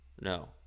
No